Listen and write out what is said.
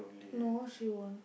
no she won't